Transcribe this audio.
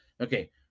Okay